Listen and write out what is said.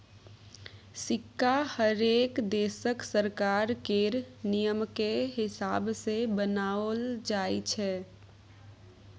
सिक्का हरेक देशक सरकार केर नियमकेँ हिसाब सँ बनाओल जाइत छै